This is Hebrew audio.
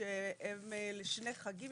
שהם לשני חגים.